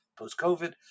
post-COVID